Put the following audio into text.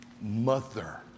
mother